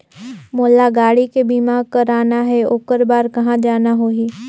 मोला गाड़ी के बीमा कराना हे ओकर बार कहा जाना होही?